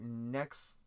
next